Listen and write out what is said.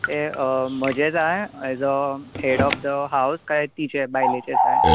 ते अ म्हजे जाय as a head of the house कांय तिचे बायलेचे जाय